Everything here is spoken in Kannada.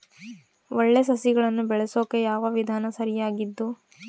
ಒಳ್ಳೆ ಸಸಿಗಳನ್ನು ಬೆಳೆಸೊಕೆ ಯಾವ ವಿಧಾನ ಸರಿಯಾಗಿದ್ದು?